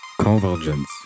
Convergence